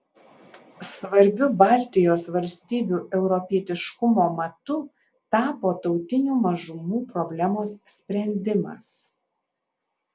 svarbiu baltijos valstybių europietiškumo matu tapo tautinių mažumų problemos sprendimas